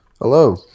Hello